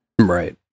right